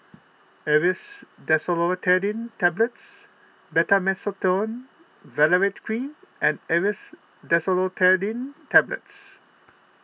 Aerius DesloratadineTablets Betamethasone Valerate Cream and Aerius Desloratadine Tablets